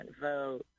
vote